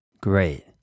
Great